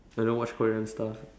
I don't watch korean stuff